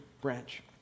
branch